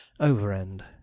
Overend